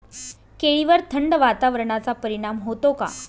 केळीवर थंड वातावरणाचा परिणाम होतो का?